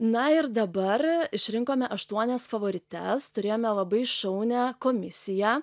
na ir dabar išrinkome aštuonias favorites turėjome labai šaunią komisiją